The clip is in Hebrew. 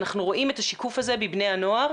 אנחנו רואים את השיקוף הזה בבני הנוער,